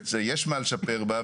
ויש מה לשפר בה.